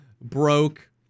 broke